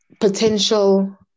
potential